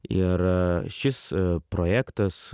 ir šis projektas